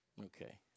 Okay